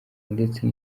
ndetse